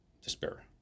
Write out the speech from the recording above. despair